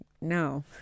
no